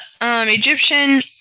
Egyptian